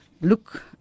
look